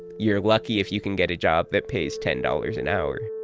you're lucky if you can get a job that pays ten dollars an hour